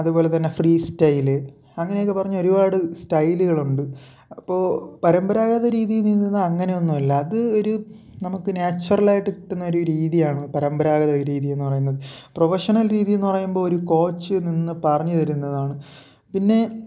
അതുപോലെ തന്നെ freestyle അങ്ങനെയൊക്കെ പറഞ്ഞൊരുപാട് സ്റ്റൈലുകളുണ്ട് അപ്പോൾ പരമ്പരാഗത രീതിയിൽ നീന്തുന്നത് അങ്ങനെയൊന്നും അല്ല അത് ഒരു നമുക്ക് നേച്ചുറലായിട്ട് കിട്ടുന്ന ഒരു രീതിയാണ് പാരമ്പരാഗത രീതീന്ന് പറയുന്നത് പ്രൊവഷണൽ രീതീന്ന് പറയുമ്പോൾ ഒരു കോച്ച് നിന്ന് പറഞ്ഞ് തരുന്നതാണ് പിന്നെ